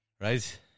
Right